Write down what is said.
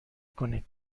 کنید